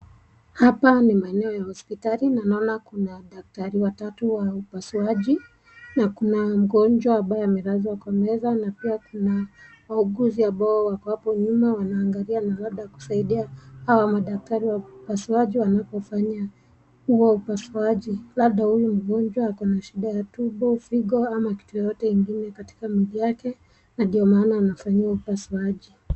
Hapa ni maeneo ya hospitali tuna kuna daktari watatu wa upasuaji na kuna mgonjwa ambaye amelaswa kwa meza na wauguzi ambao wako hapa nyuma wanaangalia labda kusaidia hawa daktari wa upasuaji wanapofanya huo upasuaji labda huyu akona shida ya tumbo figo ama kitu yoyote katika mwili wake na ndio maana anafanyiwa upasuaji.